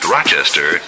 Rochester